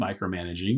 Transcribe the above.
micromanaging